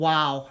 Wow